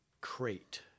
crate